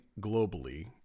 globally